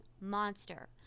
monster